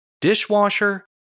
Dishwasher